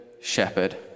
shepherd